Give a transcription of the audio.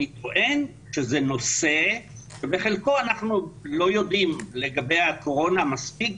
אני טוען שזה נושא שבחלקו אנחנו לא יודעים לגבי הקורונה מספיק,